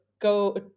go